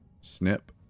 Snip